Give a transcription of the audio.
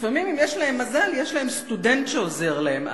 לפעמים, אם יש להם מזל, יש להם סטודנט שעוזר להם.